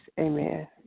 Amen